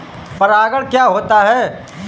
परागण क्या होता है?